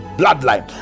bloodline